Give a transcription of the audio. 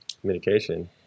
Communication